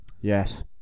Yes